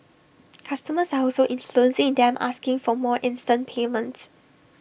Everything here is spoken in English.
customers are also influencing them asking for more instant payments